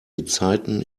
gezeiten